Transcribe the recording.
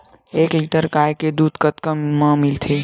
एक लीटर गाय के दुध कतका म मिलथे?